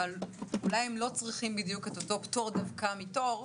אבל אולי הם לא צריכים בדיוק את אותו פטור דווקא מתור,